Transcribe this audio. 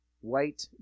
white